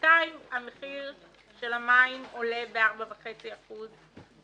בינתיים המחיר של המים עולה ב-4.5 אחוזים.